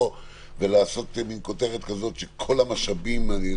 ולעשות מין כותרת כזאת שכל המשאבים.